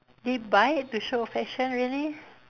they bite it to show affection really